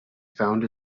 found